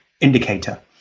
indicator